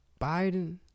Biden